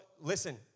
listen